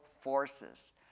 forces